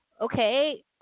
okay